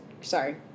sorry